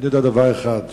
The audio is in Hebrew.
אני יודע דבר אחד,